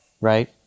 Right